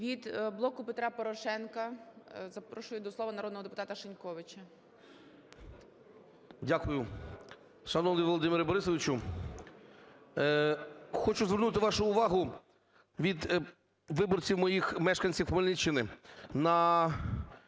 Від "Блоку Петра Порошенка" запрошую до слова народного депутата Шиньковича. 10:27:13 ШИНЬКОВИЧ А.В. Дякую. Шановний Володимире Борисовичу, хочу звернути вашу увагу від виборців моїх, мешканців Хмельниччини, на